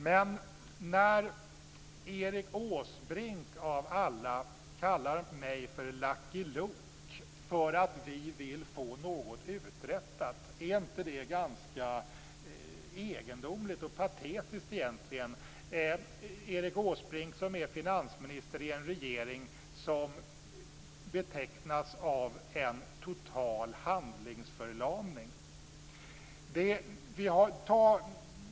Men det är egendomligt och faktiskt patetiskt när Erik Åsbrink, av alla, kallar mig för Lucky Luke för att vi vill få något uträttat. Erik Åsbrink är finansminister i en regering som kännetecknas av en total handlingsförlamning.